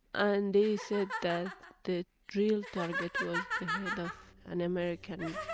and they said that the real target was the head of an american